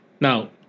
Now